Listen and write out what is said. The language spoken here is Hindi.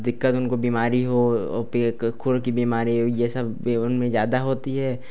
दिक्कत उनको बीमारी हो पर खुर की बीमारी यह सब वह उनमें ज़्यादा होती है